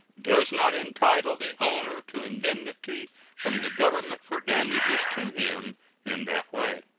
does not entitle the owner to indemnity from the government for damages to him in that way.